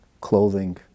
clothing